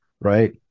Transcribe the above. Right